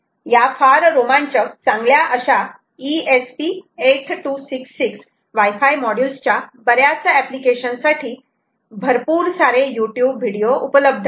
या फार रोमांचक चांगल्या अशा ESP 8266 वायफाय मोड्यूल्स च्या बऱ्याच एप्लीकेशन साठी भरपूर सारे युट्युब व्हिडीओ उपलब्ध आहे